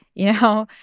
you know,